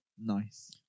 nice